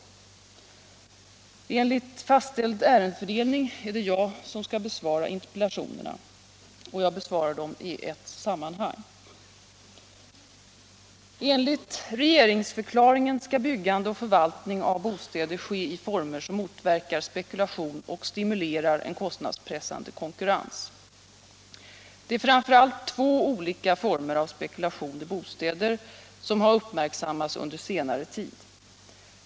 Enligt fastställd ärendefördelning är det jag som skall besvara interpellationerna. Jag besvarar dem i ett sammanhang. Enligt regeringsförklaringen skall byggande och förvaltning av bostäder ske i former som motverkar spekulation och stimulerar en kostnadspressande konkurrens. Det är framför allt två olika former av spekulation i bostäder som har uppmärksammats under senare tid.